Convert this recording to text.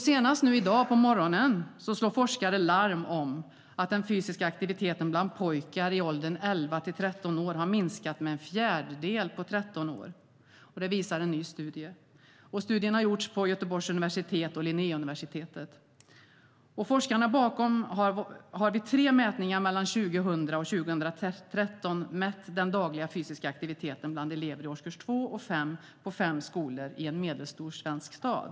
Senast nu i dag på morgonen slog forskare larm om att den fysiska aktiviteten bland pojkar i åldern 11-13 år har minskat med en fjärdedel på 13 år. Det visar en ny studie. Studien har gjorts vid Göteborgs universitet och Linnéuniversitetet. Forskarna bakom studien har vid tre mätningar mellan år 2000 och 2013 mätt den dagliga fysiska aktiviteten bland elever i årskurs 2 och 5 på fem skolor i en medelstor svensk stad.